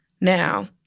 Now